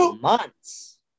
months